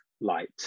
light